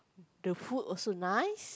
the food also nice